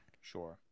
Sure